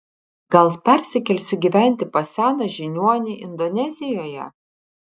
gal persikelsiu gyventi pas seną žiniuonį indonezijoje